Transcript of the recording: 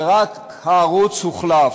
ורק הערוץ הוחלף,